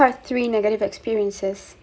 part three negative experiences